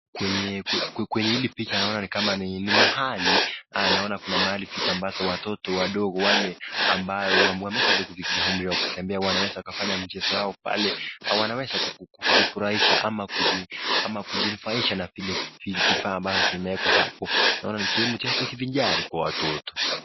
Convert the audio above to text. Kwenye hili picha naona kama ni mahali, naona kuna mahali ambapo watoto wadogo wale ambao wameshaanza kufikisha umri wa kutembea wanaweza kuafanya mchezo wao pale ,wanaweza tu kujifurahisha ama kujinufaisha na vile vifaa ambavyo vimewekwa pale. Ni sehemu ya kujivinjari kwa watoto.